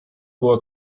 była